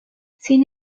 sin